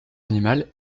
animal